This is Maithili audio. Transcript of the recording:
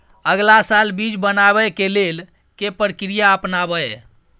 अगला साल बीज बनाबै के लेल के प्रक्रिया अपनाबय?